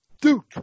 Duke